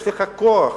יש לך כוח.